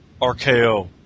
RKO